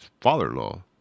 Father-in-law